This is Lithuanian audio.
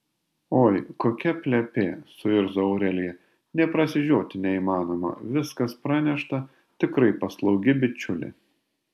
oi kokia plepė suirzo aurelija nė prasižioti neįmanoma viskas pranešta tikrai paslaugi bičiulė